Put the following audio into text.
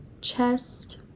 chest